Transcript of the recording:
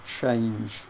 change